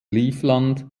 livland